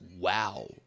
Wow